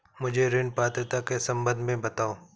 मुझे ऋण पात्रता के सम्बन्ध में बताओ?